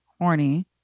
horny